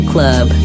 Club